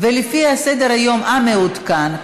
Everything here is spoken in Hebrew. ולפי סדר-היום המעודכן,